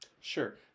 Sure